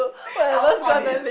our audience